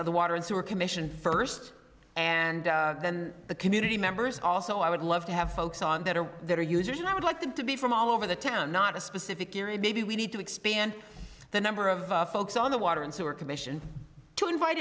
of the water and sewer commission first and then the community members also i would love to have folks on that are their users and i would like them to be from all over the town not a specific area maybe we need to expand the number of folks on the water and sewer commission to invite